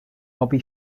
bobby